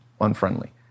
unfriendly